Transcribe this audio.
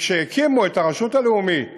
כשהקימו את הרשות הלאומית